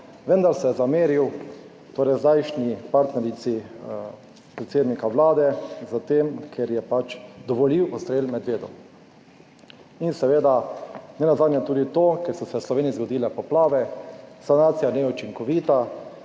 vendar se je zameril torej zdajšnji partnerici predsednika vlade za tem, ker je pač dovolil odstrel medvedov in seveda nenazadnje tudi to, ker so se v Sloveniji zgodile poplave, sanacija je neučinkovita